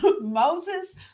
Moses